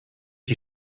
die